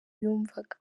yumvaga